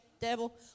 devil